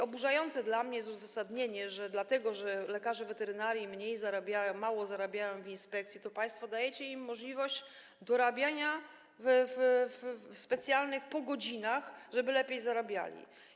Oburzające dla mnie jest uzasadnienie, że dlatego że lekarze weterynarii mało zarabiają w inspekcji, to państwo dajecie im możliwość dorabiania w specjalnych... po godzinach, żeby lepiej zarabiali.